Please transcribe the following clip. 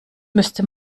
müsste